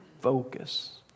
Focus